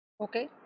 okay